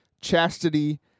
chastity